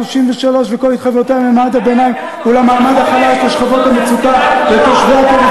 שמע, אתה יודע